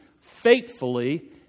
faithfully